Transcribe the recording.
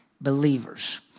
believers